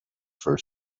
for